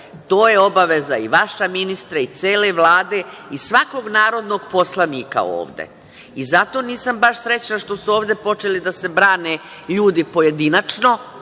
To je obaveza i vaša, ministre, i cele vlade i svakog narodnog poslanika ovde i zato nisam baš srećna što su ovde počeli da se brane ljudi pojedinačno,